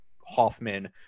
Hoffman